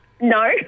No